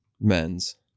men's